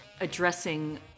addressing